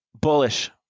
Bullish